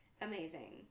amazing